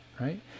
right